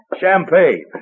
Champagne